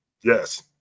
Yes